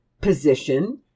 position